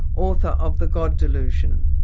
author of the god delusion.